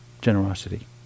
generosity